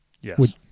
Yes